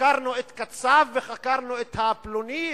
חקרנו את קצב וחקרנו את פלוני.